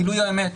גילוי האמת,